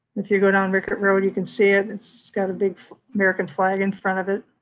if you go down rickett road, you can see it. it's got a big american flag in front of it.